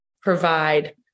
provide